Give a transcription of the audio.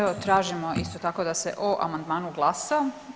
Evo tražimo isto tako da se o amandmanu glasa.